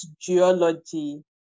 geology